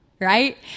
right